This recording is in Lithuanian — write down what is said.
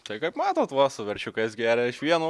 tai kaip matot va su veršiukais geria iš vieno